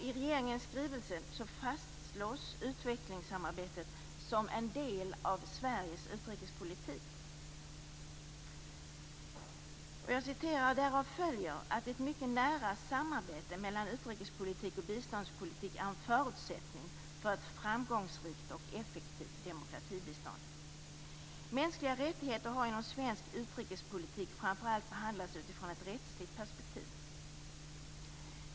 I regeringens skrivelse fastslås utvecklingssamarbetet som en del av Sveriges utrikespolitik: "Därav följer att ett mycket nära samarbete mellan utrikespolitik och biståndspolitik är en förutsättning för ett framgångsrikt och effektivt demokratibistånd -. Mänskliga rättigheter har inom svensk utrikespolitik framför allt behandlats utifrån ett rättsligt perspektiv.